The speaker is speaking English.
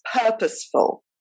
purposeful